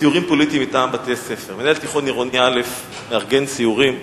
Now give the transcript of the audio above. סיורים פוליטיים מטעם בתי-ספר: מנהל תיכון עירוני א' מארגן סיורים,